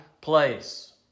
place